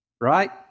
right